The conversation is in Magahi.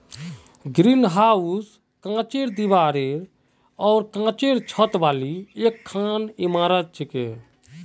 ग्रीनहाउस कांचेर दीवार आर कांचेर छत वाली एकखन इमारत छिके